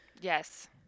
Yes